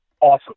awesome